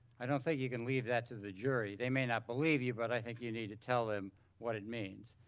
i don't think you can leave that to the jury. they may not believe you but i think you need to tell them what it means.